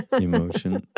emotion